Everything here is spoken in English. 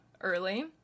early